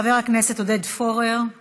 חבר הכנסת עודד פורר.